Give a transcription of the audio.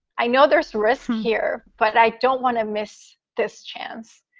i know there's risk here, but i don't want to miss this chance.